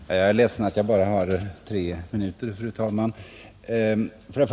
Fru talman! Jag är ledsen att jag bara har tre minuter till mitt förfogande.